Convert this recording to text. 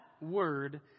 word